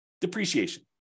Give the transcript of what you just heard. depreciation